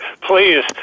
please